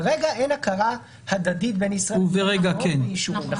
כרגע אין הכרה הדדית בין ישראל למדינות אחרות באישורים האלה.